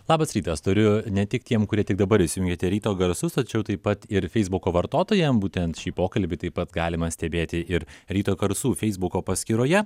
labas rytas turiu ne tik tiem kurie tik dabar išsijungiate ryto garsus tačiau taip pat ir feisbuko vartotojam būtent šį pokalbį taip pat galima stebėti ir ryto garsų feisbuko paskyroje